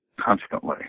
constantly